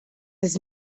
his